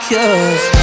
Cause